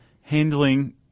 handling